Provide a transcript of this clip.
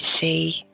see